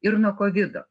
ir nuo kovido